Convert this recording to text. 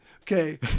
Okay